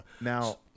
Now